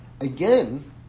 Again